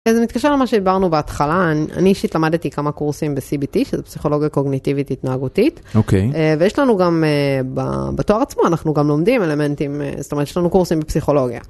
זה מתקשר למה שדיברנו בהתחלה אני אישית למדתי כמה קורסים ב cbt של פסיכולוגיה קוגניטיבית התנהגותית ויש לנו גם בתואר עצמו אנחנו גם לומדים אלמנטים יש לנו קורסים בפסיכולוגיה.